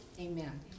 Amen